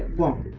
one